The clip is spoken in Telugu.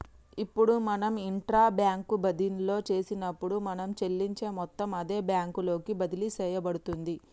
ఇప్పుడు మనం ఇంట్రా బ్యాంక్ బదిన్లో చేసినప్పుడు మనం చెల్లించే మొత్తం అదే బ్యాంకు లోకి బదిలి సేయబడుతుంది